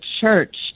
church